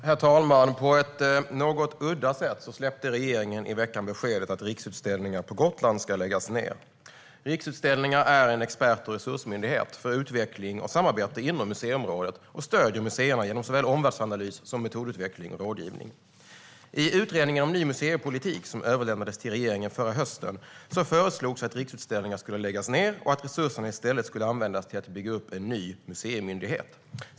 Herr talman! På ett något udda sätt släppte regeringen i veckan beskedet att Riksutställningar på Gotland ska läggas ned. Riksutställningar är en expert och resursmyndighet för utveckling och samarbete inom museiområdet och stöder museerna genom såväl omvärldsanalys som metodutveckling och rådgivning. I utredningen om ny museipolitik som överlämnades till regeringen förra hösten föreslogs att Riksutställningar skulle läggas ned och att resurserna i stället skulle användas till att bygga upp en ny museimyndighet.